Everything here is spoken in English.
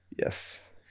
Yes